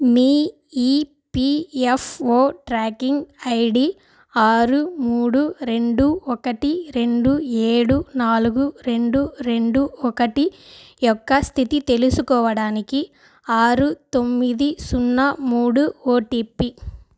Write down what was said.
మీ EPFO tracking ID ఆరు మూడు రెండు ఒకటి రెండు ఏడు నాలుగు రెండు రెండు ఒకటి యొక్క స్థితి తెలుసుకోవడానికి ఆరు తొమ్మిది సున్న మూడు ఓటీపి